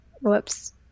Whoops